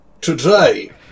Today